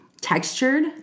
textured